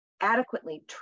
adequately